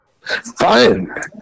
fine